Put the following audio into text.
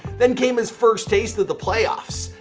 then came his first taste of the playoffs.